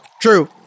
true